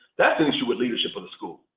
that's an issue with leadership of the school.